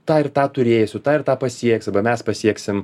tą ir tą turėsiu tą ir tą pasieksiu mes pasieksim